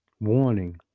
Warning